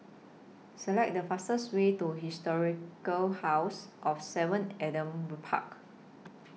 Select The fastest Way to Historic House of seven Adam Park